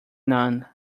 none